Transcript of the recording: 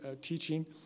teaching